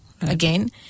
again